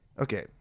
Okay